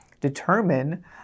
determine